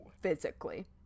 physically